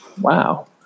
Wow